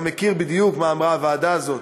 אתה מכיר בדיוק מה אמרה הוועדה הזאת,